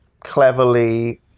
cleverly